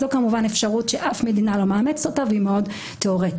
זאת כמובן אפשרות שאף מדינה לא מאמצת אותה והיא מאוד תיאורטית.